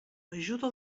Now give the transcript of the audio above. ajuda